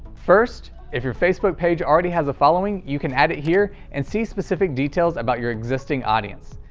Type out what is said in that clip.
first, if your facebook page already has a following, you can add it here and see specific details about your existing audience.